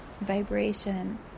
vibration